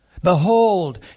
Behold